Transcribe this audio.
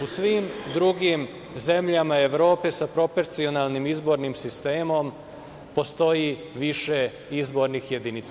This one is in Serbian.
U svim drugim zemljama Evrope sa proporcionalnim izbornim sistemom postoji više izbornih jedinca.